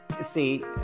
See